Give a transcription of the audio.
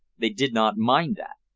they did not mind that.